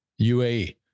UAE